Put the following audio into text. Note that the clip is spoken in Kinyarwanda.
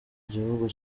gihugu